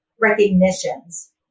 recognitions